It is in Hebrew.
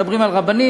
מדברים על רבנים.